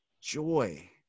Joy